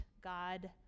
God